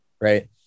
Right